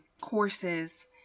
courses